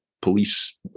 police